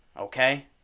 okay